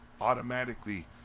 automatically